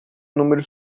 número